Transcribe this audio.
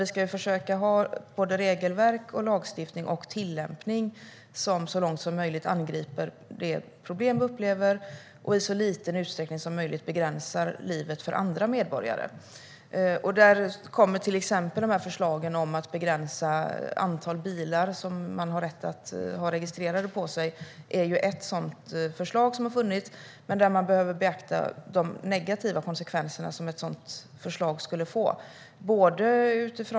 Vi ska försöka ha regelverk, lagstiftning och tillämpning som så långt som möjligt angriper det problem vi upplever och i så liten utsträckning som möjligt begränsar livet för andra medborgare. Där är till exempel förslaget om att begränsa det antal bilar som man har rätt att ha registrerade på sig ett förslag där vi behöver beakta de negativa konsekvenser som ett sådant förslag skulle få.